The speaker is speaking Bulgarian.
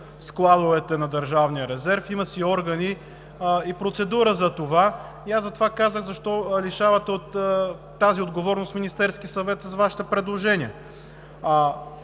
складовете на Държавния резерв. Има си органи и процедура за това. Аз затова казах: защо лишавате от тази отговорност Министерския съвет с Вашите предложения?